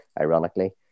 ironically